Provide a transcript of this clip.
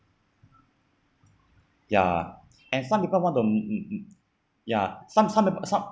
ya and some people want to m~ m~ ya some some people some